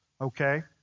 Okay